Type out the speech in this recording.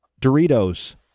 Doritos